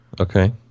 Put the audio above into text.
Okay